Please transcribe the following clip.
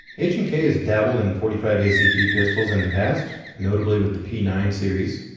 h and k has dabbled in forty five acp pistols in the past, notably with the p nine series,